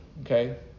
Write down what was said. Okay